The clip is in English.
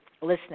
listening